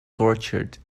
tortured